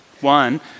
One